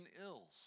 ills